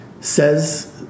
says